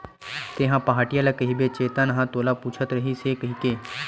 तेंहा पहाटिया ल कहिबे चेतन ह तोला पूछत रहिस हे कहिके